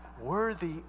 worthy